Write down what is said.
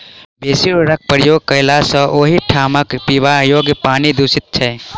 बेसी उर्वरकक प्रयोग कयला सॅ ओहि ठामक पीबा योग्य पानि दुषित होइत छै